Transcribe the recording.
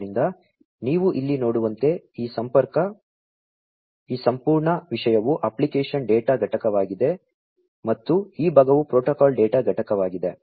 ಆದ್ದರಿಂದ ನೀವು ಇಲ್ಲಿ ನೋಡುವಂತೆ ಈ ಸಂಪೂರ್ಣ ವಿಷಯವು ಅಪ್ಲಿಕೇಶನ್ ಡೇಟಾ ಘಟಕವಾಗಿದೆ ಮತ್ತು ಈ ಭಾಗವು ಪ್ರೋಟೋಕಾಲ್ ಡೇಟಾ ಘಟಕವಾಗಿದೆ